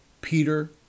Peter